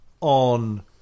on